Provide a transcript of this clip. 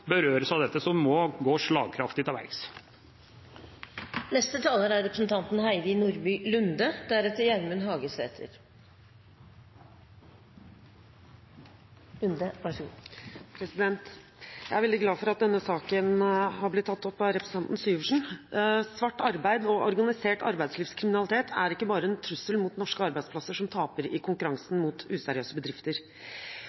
berøres av dette, som må gå slagkraftig til verks. Jeg er veldig glad for at denne saken er blitt tatt opp av representanten Syversen. Svart arbeid og organisert arbeidslivskriminalitet er ikke bare en trussel mot norske arbeidsplasser som taper i konkurransen